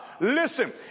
Listen